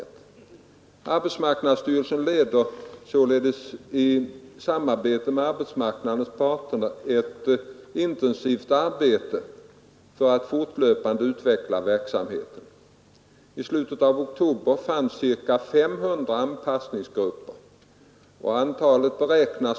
Arbets Torsdagen den marknadsstyrelsen leder således i samarbete med arbetsmarknadens 16 november 1972 parter ett intensivt arbete för att fortlöpande utveckla verksamheten. I — slutet av oktober fanns ca 500 anpassningsgrupper, och antalet beräknas Ang.